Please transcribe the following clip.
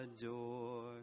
adore